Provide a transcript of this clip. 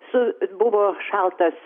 su buvo šaltas